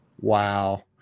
Wow